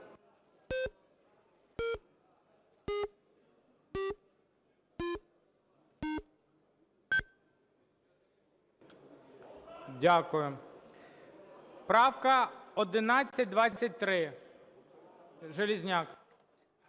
Дякую. Правка 1123. Железняк.